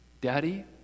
Daddy